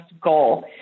goal